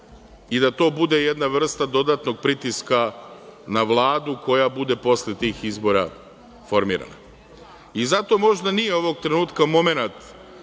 i da to bude jedna vrsta dodatnog pritiska na Vladu, koja bude posle tih izbora formirana. Zato možda nije ovog trenutka momenat